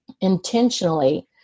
Intentionally